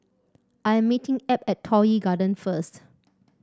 I am meeting Ab at Toh Yi Garden first